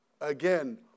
Again